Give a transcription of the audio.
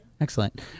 Excellent